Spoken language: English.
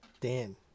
Dan